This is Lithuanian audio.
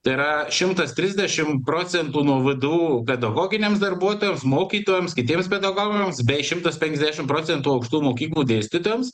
tai yra šimtas trisdešim procentų nuo vdu pedagoginiams darbuotojams mokytojams kitiems pedagogams bei šimtas penkiasdešim procentų aukštųjų mokyklų dėstytojams